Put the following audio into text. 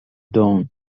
dawn